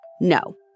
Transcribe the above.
No